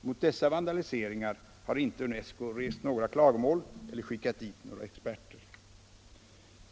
Mot dessa vandaliseringar har UNESCO inte framfört några klagomål eller skickat dit några experter.